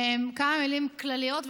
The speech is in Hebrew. כמה מילים כלליות,